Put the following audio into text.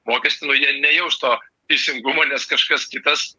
mokestį nu jie nejaus to teisingumo nes kažkas kitas